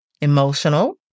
Emotional